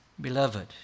Beloved